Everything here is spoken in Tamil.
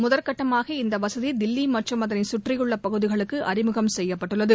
முதல்கட்டமாக இந்த வசதி தில்லி மற்றும் அதனைச் சுற்றியுள்ள பகுதிகளுக்கு அறிமுகம் செய்யப்பட்டுள்ளது